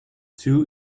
two